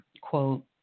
quote